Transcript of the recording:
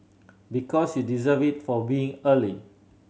because you deserve it for being early